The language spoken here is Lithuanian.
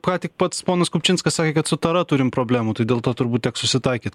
ką tik pats ponas kupčinskas sakė kad su tara turim problemų tai dėl to turbūt teks susitaikyt